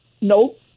Nope